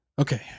Okay